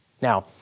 Now